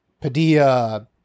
Padilla